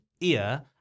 ear